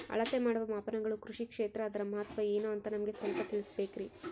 ಅಳತೆ ಮಾಡುವ ಮಾಪನಗಳು ಕೃಷಿ ಕ್ಷೇತ್ರ ಅದರ ಮಹತ್ವ ಏನು ಅಂತ ನಮಗೆ ಸ್ವಲ್ಪ ತಿಳಿಸಬೇಕ್ರಿ?